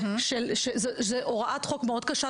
זה הוראת חוק מאוד קשה,